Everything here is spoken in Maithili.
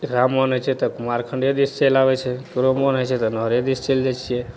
जकरा मोन होइ छै तऽ कुमारखण्डे दिस चलि आबै छै ककरो मोन होइ छै तऽ नहरे दिस चलि जाइ छिए